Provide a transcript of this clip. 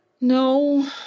No